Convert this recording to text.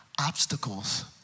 obstacles